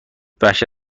وحشت